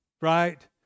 Right